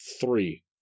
Three